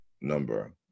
number